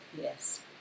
Yes